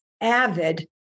avid